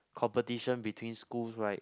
competition between schools right